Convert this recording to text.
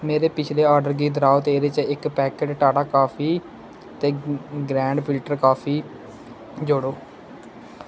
मेरे पिच्छले आर्डर गी दर्हाओ ते एह्दे च इक पैकट टाटा कॉफी ते ग्रैंड फिल्टर कॉफी जोड़ो